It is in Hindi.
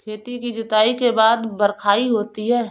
खेती की जुताई के बाद बख्राई होती हैं?